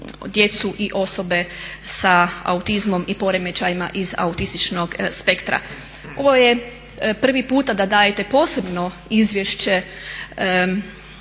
i osobe sa autizmom i poremećajima iz autističnog spektra. Ovo je prvi puta da dajete Posebno izvješće